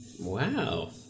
Wow